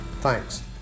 Thanks